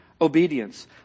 Obedience